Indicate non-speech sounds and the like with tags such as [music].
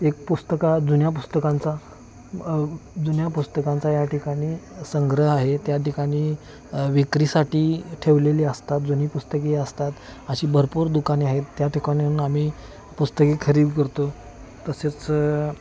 एक पुस्तक जुन्या पुस्तकांचा जुन्या पुस्तकांचा या ठिकाणी संग्रह आहे त्या ठिकाणी विक्रीसाठी ठेवलेली असतात जुनी पुस्तके असतात अशी भरपूर दुकाने आहेत त्या [unintelligible] आम्ही पुस्तके खरेदी करतो तसेच